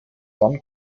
dann